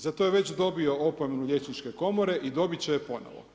Za to je već dobio opomenu Liječničke komore i dobit će je ponovo.